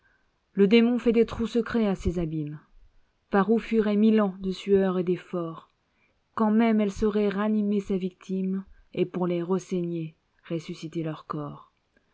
le démon fait des trous secrets à ces abîmes par où fuiraient mille ans de sueurs et d'efforts quand même elle saurait ranimer ses victimes et pour les ressaigner ressusciter leurs corps